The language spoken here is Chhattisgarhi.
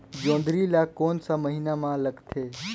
जोंदरी ला कोन सा महीन मां लगथे?